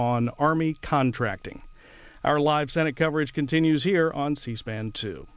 on army contracting our live senate coverage continues here on c span to